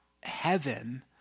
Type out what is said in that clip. heaven